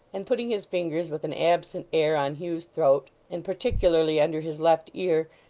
and putting his fingers with an absent air on hugh's throat, and particularly under his left ear,